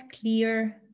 clear